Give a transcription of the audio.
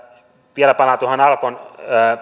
vielä palaan tuohon alkon